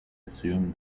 assumed